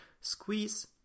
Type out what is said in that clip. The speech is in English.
squeeze